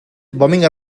bumming